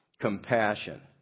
Compassion